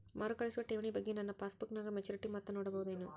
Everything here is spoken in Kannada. ಮರುಕಳಿಸುವ ಠೇವಣಿ ಬಗ್ಗೆ ನನ್ನ ಪಾಸ್ಬುಕ್ ನಾಗ ಮೆಚ್ಯೂರಿಟಿ ಮೊತ್ತ ನೋಡಬಹುದೆನು?